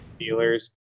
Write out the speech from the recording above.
Steelers